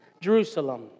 Jerusalem